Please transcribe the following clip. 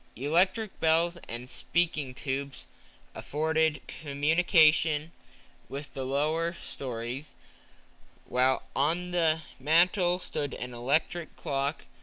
electric bells and speaking-tubes afforded communication with the lower stories while on the mantel stood an electric clock,